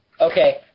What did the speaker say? Okay